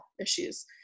issues